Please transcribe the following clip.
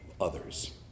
others